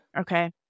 Okay